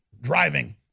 driving